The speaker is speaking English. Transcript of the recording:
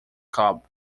club